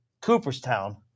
Cooperstown